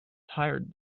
tired